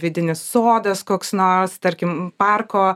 vidinis sodas koks nors tarkim parko